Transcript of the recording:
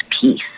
peace